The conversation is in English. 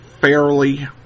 fairly